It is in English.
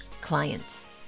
clients